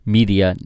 Media